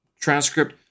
transcript